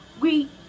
We-